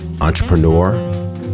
entrepreneur